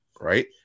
right